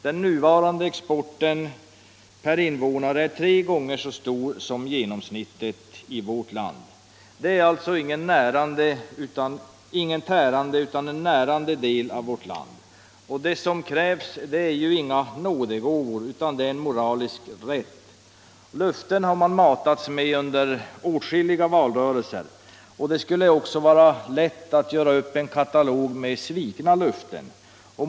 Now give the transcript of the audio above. Den nuvarande exporten per invånare är tre gånger så stor som genomsnittet i vårt land. Det är alltså ingen tärande utan en närande del av vårt land. Vad som krävs är inga nådegåvor, utan moralisk rätt. Löften har man matats med under åtskilliga valrörelser, och det skulle vara lätt att göra upp en katalog över svikna löften.